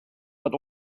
but